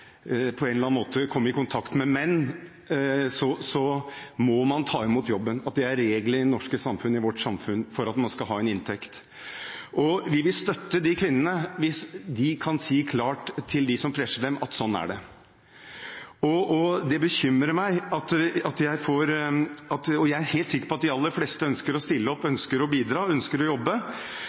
er halal, eller man på en eller annen måte må være i kontakt med menn, så må man ta imot jobben. De må vite at det er regelen i det norske samfunnet for at man skal ha en inntekt. Vi vil støtte de kvinnene som kan si klart fra til dem som presser dem, at sånn er det. Jeg er helt sikker på at de fleste ønsker å stille opp, ønsker å bidra, ønsker å jobbe.